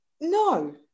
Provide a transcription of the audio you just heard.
No